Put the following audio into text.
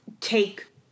take